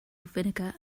vinegar